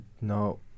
No